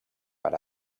but